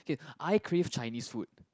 okay I crave Chinese food